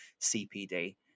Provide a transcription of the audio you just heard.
CPD